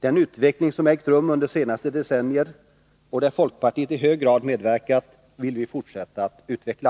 Den utveckling som ägt rum under det senaste decenniet — och där folkpartiet i hög grad medverkat — vill vi fortsätta att utveckla.